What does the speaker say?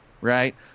right